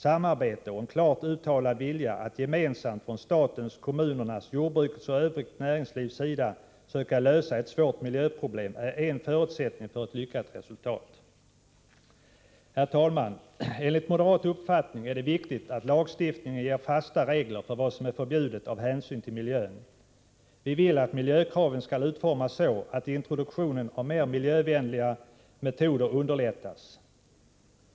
Samarbete och en klart uttalad vilja att gemensamt från statens, kommunernas, jordbrukets och det övriga näringslivets sida söka lösa ett svårt miljöproblem är en förutsättning för ett lyckat resultat. Herr talman! Enligt moderat uppfattning är det viktigt att lagstiftningen med hänsyn till miljön ger fasta regler för vad som är förbjudet. Vi vill att miljökraven skall utformas så, att introduktionen av mer miljövänliga metoder underlättas.